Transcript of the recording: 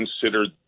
considered